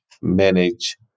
manage